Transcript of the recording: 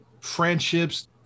friendships